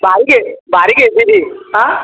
बारीक आहे बारीक आहे बिजी आ